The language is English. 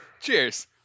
Cheers